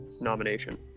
nomination